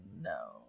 no